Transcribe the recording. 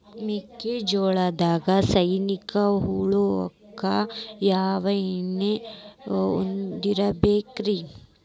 ಮೆಕ್ಕಿಜೋಳದಾಗ ಸೈನಿಕ ಹುಳಕ್ಕ ಯಾವ ಎಣ್ಣಿ ಹೊಡಿಬೇಕ್ರೇ?